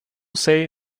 say